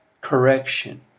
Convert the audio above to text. correction